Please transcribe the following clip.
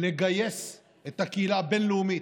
לגייס את הקהילה הבין-לאומית,